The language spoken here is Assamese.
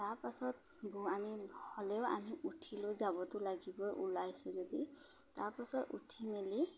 তাৰপাছত আমি হ'লেও আমি উঠিলোঁ যাবতো লাগিবই ওলাইছোঁ যদি তাৰপাছত উঠি মেলি